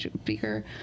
speaker